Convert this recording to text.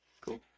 Cool